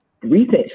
recent